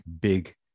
big